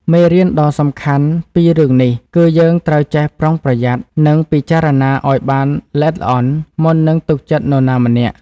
មេរៀនដ៏សំខាន់ពីរឿងនេះ គឺយើងត្រូវចេះប្រុងប្រយ័ត្ន និងពិចារណាឲ្យបានល្អិតល្អន់ មុននឹងទុកចិត្តនរណាម្នាក់។